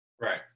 Right